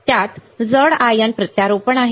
त्यात जड आयन प्रत्यारोपण आहे